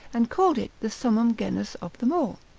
and call it the summum genus of them all.